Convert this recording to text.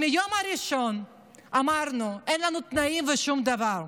מהיום הראשון אמרנו: אין לנו תנאים ושום דבר.